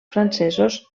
francesos